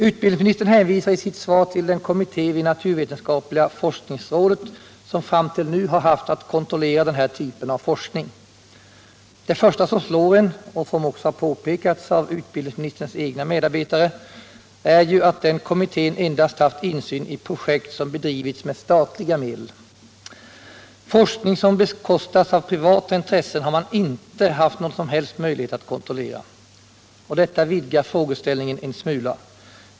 Utbildningsministern hänvisar i sitt svar till den kommitté vid naturvetenskapliga forskningsrådet som fram till nu har haft att kontrollera den här typen av forskning. Det första som slår en och som också har påpekats av utbildningsministerns egna medarbetare är ju att den kommittén endast haft insyn i projekt som bedrivits med statliga medel. Forskning som bekostas av privata intressen har man inte haft någon som helst möjlighet att kontrollera. Och detta vidgar frågeställningen en smula.